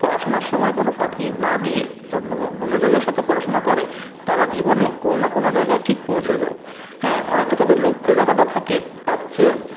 পড়াশোনার সময়ে কোনো ফাঁকি না দিয়ে মানে মনোযোগের সাথে পড়াশোনা করে তারা জীবনে কোনো না কোনো জায়গায় ঠিক পৌঁছে যায় হ্যাঁ হয়তো তাদের লক্ষ্য যতটা থাকে তার চেয়ে